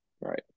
right